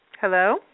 Hello